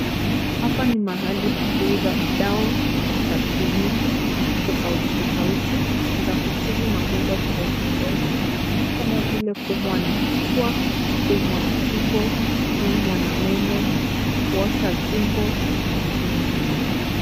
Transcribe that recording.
Hapa ni mahali pa kuuza madawa za kienyeji tofauti tofauti, za kutibu magonjwa tofauti tofauti, kama vile kuumwa na kichwa, kuumwa na tumbo, kuumwa na meno, kuosha tumbo na vitu vingine.